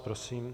Prosím.